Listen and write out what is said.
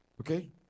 Okay